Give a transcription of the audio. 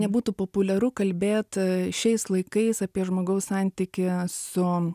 nebūtų populiaru kalbėti šiais laikais apie žmogaus santykį su